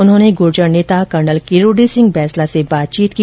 उन्होंने गूर्जर नेता कर्नल किरोड़ी सिंह बैंसला से बातचीत की